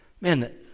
Man